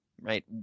right